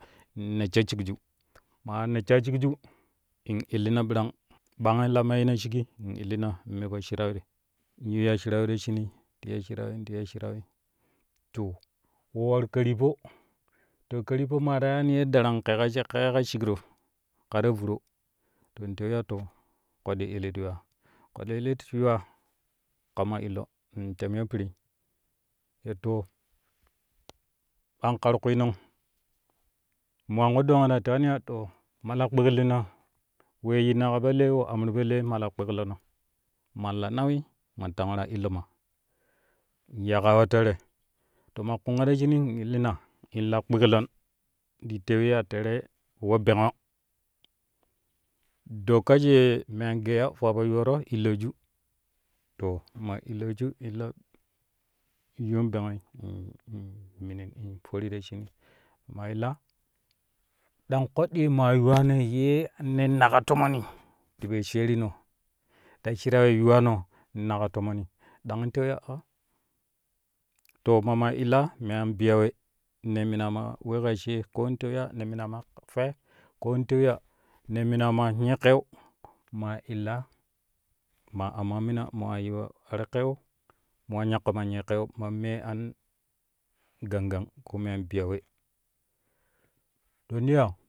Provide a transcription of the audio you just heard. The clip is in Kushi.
In nessho shikju maa nesshaa shikju in illina ɓorang ɓang la meena shiji in illina in me po shrawi in yiu ya shrawi ta shinii, ti ya shirawi ti ya shirawi ta we war karyippo, karyippt maa ta yaani ye darang kɛga ye kɛga shigro ke ta vuro ta in tewi ya to koɗɗi ilit yuwaa koɗɗi ilit yuwaa kama illo in temyo piri ya to an kar kwii non? Mo an ƙu dongi ta tewani ya to ma la kpikilino wee yinna ka po lee we amru po lee ma lakpikillino man la nawi man tang waraa illoma ya kaa we tere to maa kunga ta shinii in illina in la kpiklon in ti tewi ya tere we bengo dokaju ye me an gaiya fuwaa yooro illoju to maa illoju illo yuun benjoi in in minin in fori ta shunii man illaa dang koɗɗii maa yuwaa ne ye ne naƙa tomoni ta po shaarino ta shirau ye yuuwano ne naƙa tomoni dang in teroi ya ah to mana illaa me an biye we ne minama wee kaa she koo in tewi ya ne minama fwe ko in tewi ya ne minama nyee ƙeu nyaƙƙoma nyeeƙeu ma me na gangang ko me anbiya we to ti ya